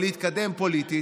או להתקדם פוליטית,